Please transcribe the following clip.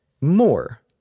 more